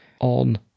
on